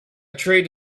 trade